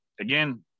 again